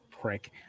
prick